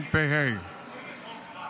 התשפ"ה 2024. אני רק אגיד לך שזה חוק רע.